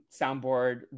soundboard